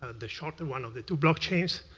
ah the shorter one of the two blockchains,